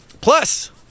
Plus